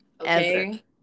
Okay